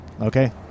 okay